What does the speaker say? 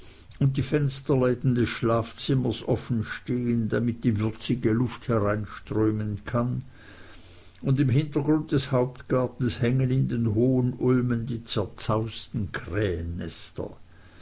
und die fensterläden des schlafzimmers stehen offen damit die würzige luft hineinströmen kann und im hintergrund des hauptgartens hängen in den hohen ulmen die zerzausten